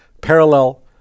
Parallel